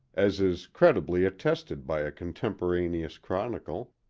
as is credibly attested by a contemporaneous chronicle,